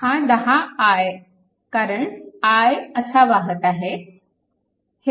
हा 10 i कारण i असा वाहत आहे